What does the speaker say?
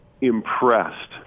impressed